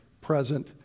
present